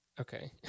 Okay